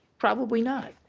probably not,